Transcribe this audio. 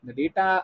data